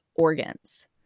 organs